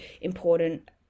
important